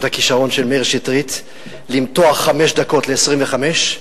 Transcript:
הכשרון של מאיר שטרית למתוח חמש דקות ל-25,